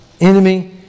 enemy